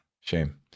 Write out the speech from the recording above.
shame